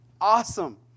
awesome